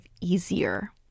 easier